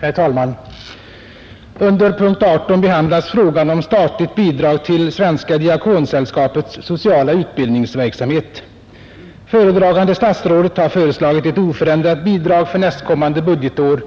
Herr talman! Under punkten 18 behandlas frågan om statligt bidrag till Svenska diakonsällskapets sociala utbildningsverksamhet. Föredragan de statsrådet har föreslagit ett oförändrat bidrag för nästkommande budgetår